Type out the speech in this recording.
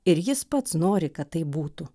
ir jis pats nori kad taip būtų